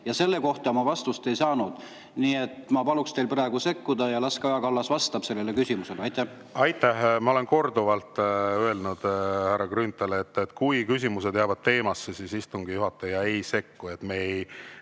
Selle kohta ma vastust ei saanud, nii et ma paluks teil praegu sekkuda ja las Kaja Kallas vastab sellele küsimusele. Ma olen korduvalt öelnud, härra Grünthal, et kui küsimused jäävad teemasse, siis istungi juhataja ei sekku. Me ei